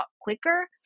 quicker